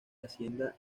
hacienda